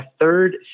third